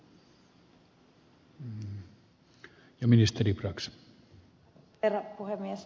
arvoisa herra puhemies